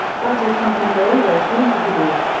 that is something i always wanted to be.